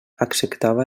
acceptava